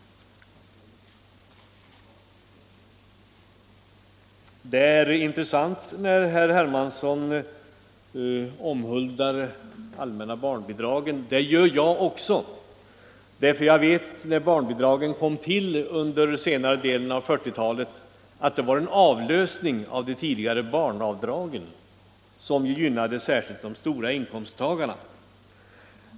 Det är intressant när herr Hermansson talar för de allmänna barnbidragen. Det gör jag också. När barnbidragen kom till under senare delen av 1940-talet, utgjorde de en avlösning av de tidigare barnavdragen, vilka gynnade särskilt de stora inkomsttagarna.